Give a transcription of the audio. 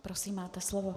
Prosím, máte slovo.